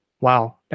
wow